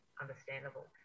understandable